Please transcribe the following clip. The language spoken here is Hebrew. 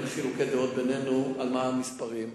אין חילוקי דעות בינינו על המספרים.